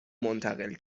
منتقل